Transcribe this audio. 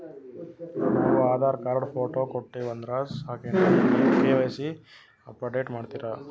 ನಾವು Aadhaar card, photo ಕೊಟ್ಟೀವಂದ್ರ ಸಾಕೇನ್ರಿ ನೀವ ಕೆ.ವೈ.ಸಿ ಅಪಡೇಟ ಮಾಡ್ತೀರಿ?